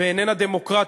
ו"איננה דמוקרטיה"